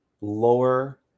lower